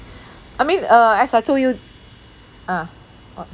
I mean uh as I told you ah orh